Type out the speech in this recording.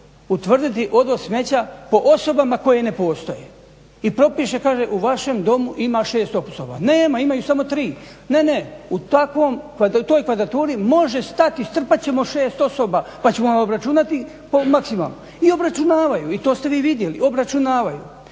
utvrditi odvoz smeća po osobama koje ne postoje i propiše, kaže u vašem domu ima 6 osoba. Nema, imaju samo 3. Ne, ne u toj kvadraturi može stati i strpat ćemo 6 osoba pa ćemo vam obračunati maksimalno. I obračunavaju. I to ste vi vidjeli, obračunavaju.